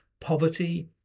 Poverty